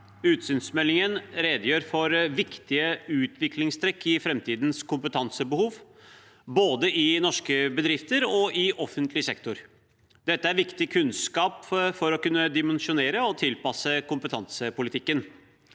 Utsynsmeldingen rede- gjør for viktige utviklingstrekk i framtidens kompetansebehov, både i norske bedrifter og i offentlig sektor. Dette er viktig kunnskap for å kunne dimensjonere og tilpasse kompetansepolitikken.